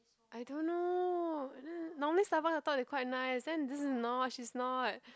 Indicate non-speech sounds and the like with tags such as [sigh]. I don't know [noise] normally Starbucks I thought they quite nice then this is not she's not